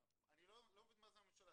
אני לא מבין מה זה הממשלה.